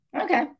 okay